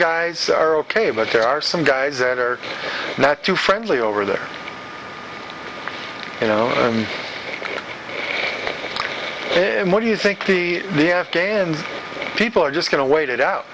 guys are ok but there are some guys that are not too friendly over there you know and what do you think the the afghan people are just going to wait it out